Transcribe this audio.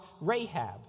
Rahab